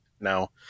Now